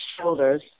shoulders